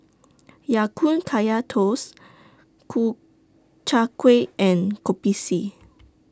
Ya Kun Kaya Toast Ku Chai Kuih and Kopi C